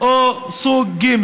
או סוג ג'.